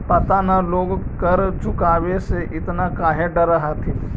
पता न लोग कर चुकावे से एतना काहे डरऽ हथिन